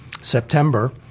September